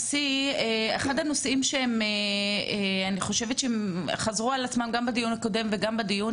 אחד הנושאים שחזר על עצמו גם בדיון הקודם וגם בדיון